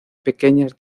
pequeñas